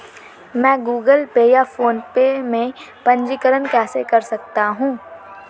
मैं Google Pay या PhonePe में पंजीकरण कैसे कर सकता हूँ?